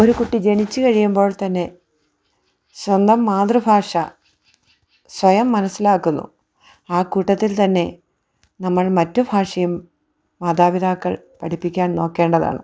ഒരു കുട്ടി ജനിച്ച് കഴിയുമ്പോൾ തന്നെ സ്വന്തം മാതൃഭാഷ സ്വയം മനസ്സിലാക്കുന്നു ആ കൂട്ടത്തിൽത്തന്നെ നമ്മൾ മറ്റു ഭാഷയും മാതാപിതാക്കൾ പഠിപ്പിക്കാൻ നോക്കേണ്ടതാണ്